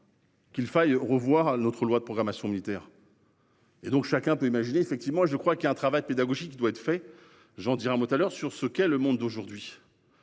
Qu'il faille revoir notre loi de programmation militaire. Et donc chacun peut imaginer effectivement je crois qu'il y a un travail pédagogique doit être fait. J'en dirai un mot telle heure sur ce qu'est le monde d'aujourd'hui.